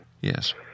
Yes